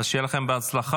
שיהיה לכם בהצלחה.